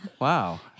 Wow